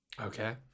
okay